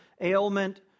ailment